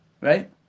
right